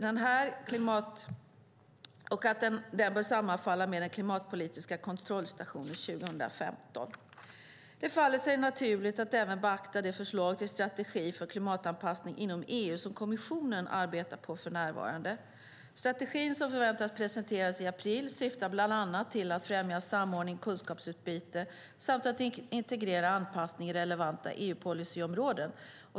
Den bör sammanfalla med den klimatpolitiska kontrollstationen 2015. Det faller sig naturligt att även beakta det förslag till strategi för klimatanpassning inom EU som kommissionen arbetar på för närvarande. Strategin, som förväntas presenteras i april, syftar bland annat till att främja samordning, kunskapsutbyte samt integrera anpassning i relevanta EU-policyområden.